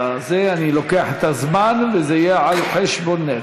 אני לוקח את הזמן וזה יהיה על-חשבונך.